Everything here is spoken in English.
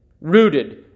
rooted